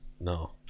no